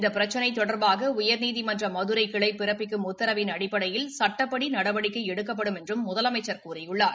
இந்த பிரச்சினை தொடர்பாக உயர்நீதிமன்றத்தின் மதுரை கிளை பிறப்பிக்கும் உத்தரவின் அடிப்படையில் சட்டப்படி நடவடிக்கை எடுக்கப்படும் என்றும் முதலமைச்சர் கூறியுள்ளார்